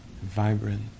vibrant